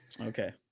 Okay